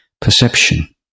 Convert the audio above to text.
perception